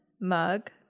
mug